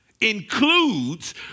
includes